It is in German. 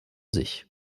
sich